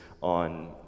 on